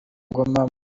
ngoma